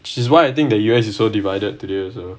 which is why I think the U_S is so divided today also